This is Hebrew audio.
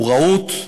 הוא רהוט,